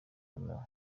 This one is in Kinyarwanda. romeo